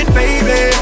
baby